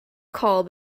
call